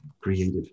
creative